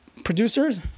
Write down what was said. Producers